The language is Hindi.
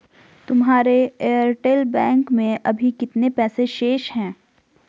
तुम्हारे एयरटेल बैंक में अभी कितने पैसे शेष हैं?